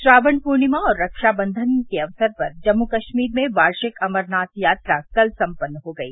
श्रावण पूर्णिमा और रक्षाबंधन के अवसर पर जम्मू कश्मीर में वार्षिक अमरनाथ यात्रा कल संपन्न हो गई